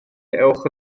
ewch